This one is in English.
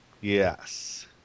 Yes